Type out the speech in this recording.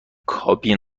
کابین